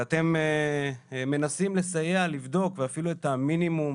ואתם מנסים לסייע, לבדוק ואפילו את המינימום